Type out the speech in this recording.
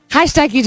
Hashtag